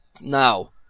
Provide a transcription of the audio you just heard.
Now